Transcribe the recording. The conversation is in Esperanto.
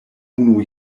unu